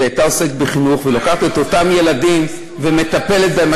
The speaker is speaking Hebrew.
והיא הייתה עוסקת בחינוך ולוקחת את אותם ילדים ומטפלת בהם,